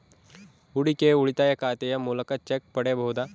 ಹೂಡಿಕೆಯ ಉಳಿತಾಯ ಖಾತೆಯ ಮೂಲಕ ಚೆಕ್ ಪಡೆಯಬಹುದಾ?